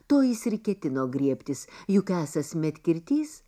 to jis ir ketino griebtis juk esąs medkirtys